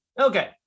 Okay